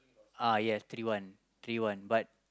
uh yes three one three one but